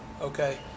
okay